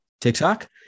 TikTok